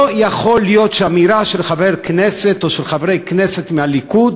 לא יכול להיות שאמירה של חבר כנסת או של חברי כנסת מהליכוד,